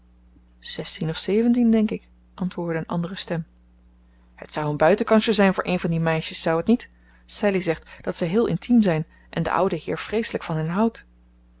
zestien of zeventien denk ik antwoordde een andere stem het zou een buitenkansje zijn voor een van die meisjes zou het niet sallie zegt dat zij heel intiem zijn en de oude heer vreeselijk van hen houdt